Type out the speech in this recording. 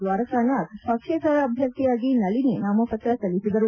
ದ್ವಾರಕಾನಾಥ್ ಪಕ್ಷೇತರ ಅಭ್ವರ್ಥಿಯಾಗಿ ನಳಿನಿ ನಾಮಪತ್ರ ಸಲ್ಲಿಸಿದರು